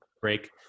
break